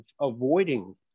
avoiding